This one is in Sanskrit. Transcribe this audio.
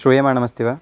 श्रूयमाणमस्ति वा